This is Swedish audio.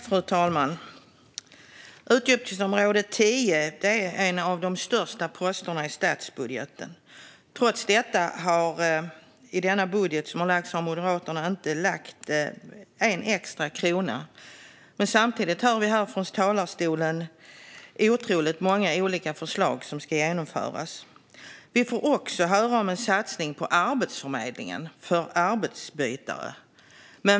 Fru talman! Utgiftsområde 10 är en av de största posterna i statsbudgeten. Trots detta har det i den budget som lagts fram av Moderaterna inte föreslagits en enda extra krona. Samtidigt hör vi från talarstolen otroligt många olika förslag som ska genomföras. Vi får också höra om en satsning på Arbetsförmedlingen för arbetsbytare.